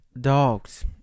dogs